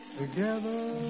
together